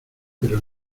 pero